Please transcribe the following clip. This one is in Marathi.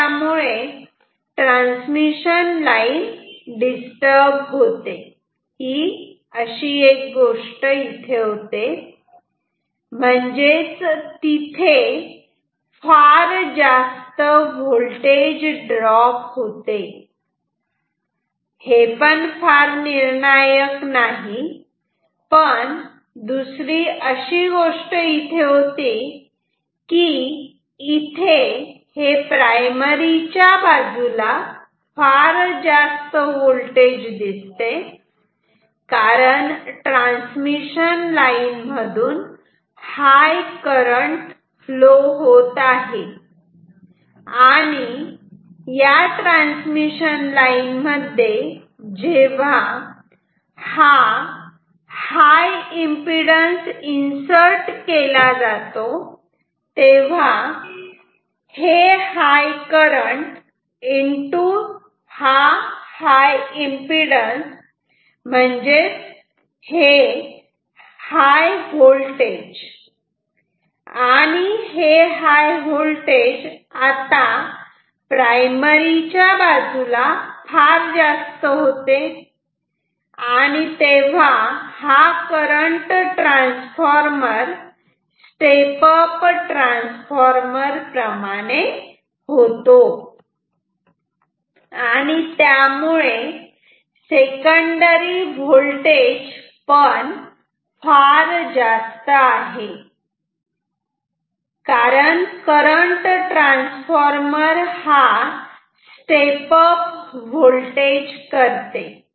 म्हणून ट्रान्समिशन लाईन डिस्टर्ब होते ही एक गोष्ट म्हणजेच तिथे जास्त व्होल्टेज ड्रॉप होते हे फार निर्णायक नाही पण दुसरी गोष्ट अशी होते की इथे हे प्रायमरी च्या बाजूला फार जास्त व्होल्टेज दिसते कारण ट्रान्समिशन लाईन मधून हाय करंट फ्लो होत असते आणि या ट्रान्समिशन लाईन मध्ये जेव्हा हा हाय एम्पिडन्स इन्सर्ट केला जातो तेव्हा high current high impedance high voltage आणि हे हाय व्होल्टेज आता प्रायमरी च्या बाजूला फार जास्त होते तेव्हा हा current transformer step up transformer प्रमाणे होतो म्हणून सेकंडरी व्होल्टेज फार जास्त आहे कारण current transformer step up voltage करते